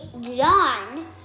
John